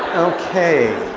ok.